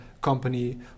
company